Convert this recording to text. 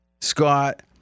Scott